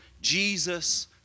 Jesus